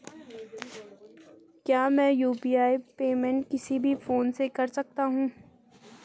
क्या मैं UPI payment किसी भी फोन से कर सकता हूँ?